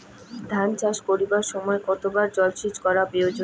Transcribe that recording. ধান চাষ করিবার সময় কতবার জলসেচ করা প্রয়োজন?